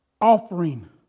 offering